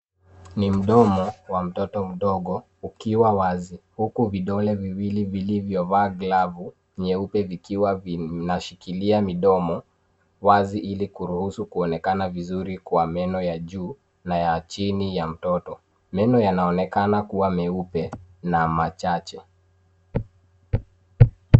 Ni mdomo wa mtoto mdogo, ukiwa wazi. Huku vidole viwili vilivyovaa glavu nyeupe vikiwa vinashikilia midomo wazi ili kuruhusu kuonekana vizuri Kwa meno ya juu na ya chini ya mtoto. Meno yanaonekana kuwa meupe na machache.